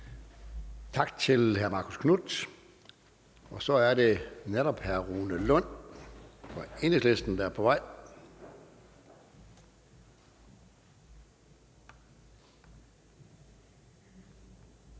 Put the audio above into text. Tak til hr. Marcus Knuth. Og så er det netop hr. Rune Lund fra Enhedslisten, der er på vej.